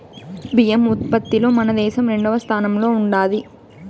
బియ్యం ఉత్పత్తిలో మన దేశం రెండవ స్థానంలో ఉండాది